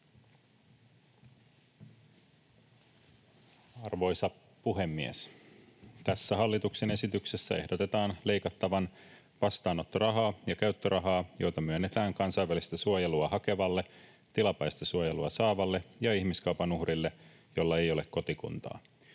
Arvoisa puhemies! Tässä hallituksen esityksessä ehdotetaan leikattavan vastaanottorahaa ja käyttörahaa, joita myönnetään kansainvälistä suojelua hakevalle, tilapäistä suojelua saavalle ja ihmiskaupan uhrille, jolla ei ole kotikuntaa.